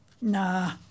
Nah